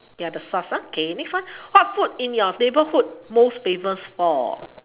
ya the sauce okay next one what food in your neighbourhood most famous for